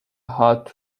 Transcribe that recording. هات